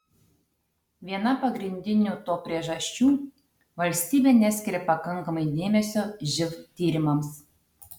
viena pagrindinių to priežasčių valstybė neskiria pakankamai dėmesio živ tyrimams